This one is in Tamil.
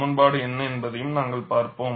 சமன்பாடு என்ன என்பதையும் நாங்கள் பார்ப்போம்